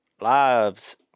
lives